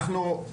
אנחנו,